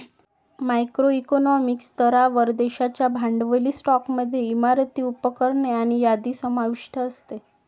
macro economic स्तरावर, देशाच्या भांडवली स्टॉकमध्ये इमारती, उपकरणे आणि यादी समाविष्ट असते